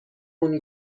اون